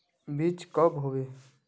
बीज कब होबे?